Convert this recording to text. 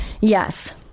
Yes